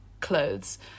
clothes